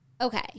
Okay